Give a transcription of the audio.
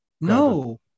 No